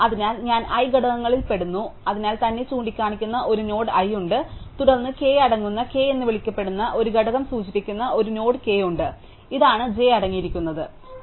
അതിനാൽ ഞാൻ i ഘടകങ്ങളിൽ പെടുന്നു അതിനാൽ തന്നെ ചൂണ്ടിക്കാണിക്കുന്ന ഒരു നോഡ് i ഉണ്ട് തുടർന്ന് k അടങ്ങുന്ന k എന്ന് വിളിക്കപ്പെടുന്ന ഒരു ഘടകം സൂചിപ്പിക്കുന്ന ഒരു നോഡ് k ഉണ്ട് ഇതാണ് j അടങ്ങിയിരിക്കുന്ന j